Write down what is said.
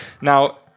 Now